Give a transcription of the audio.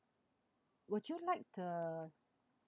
would you like the